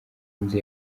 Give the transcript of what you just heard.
nzi